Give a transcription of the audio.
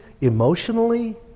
emotionally